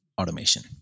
automation